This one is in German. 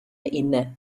inne